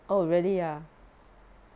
oh really ah